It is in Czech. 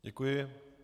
Děkuji.